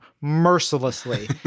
mercilessly